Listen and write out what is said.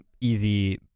easy